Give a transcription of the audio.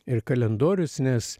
ir kalendorius nes